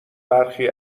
برخی